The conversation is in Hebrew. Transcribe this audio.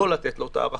לא לתת לו את ההארכה.